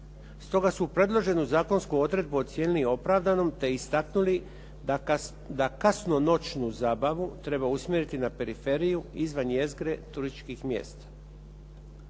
Stoga su predloženu zakonsku odredbu ocijenili opravdanom te istaknuli da kasno noćnu zabavu treba usmjeriti na periferiju izvan jezgre turističkih mjesta.